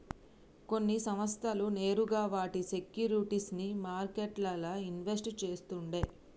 కొన్ని సంస్థలు నేరుగా వాటి సేక్యురిటీస్ ని మార్కెట్లల్ల ఇన్వెస్ట్ చేస్తుండే